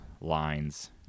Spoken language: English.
lines